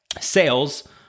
sales